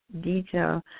detail